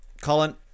Colin